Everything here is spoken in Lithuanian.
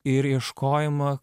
ir ieškojimą